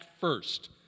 first